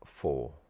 four